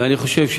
אני חושב,